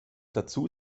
dazu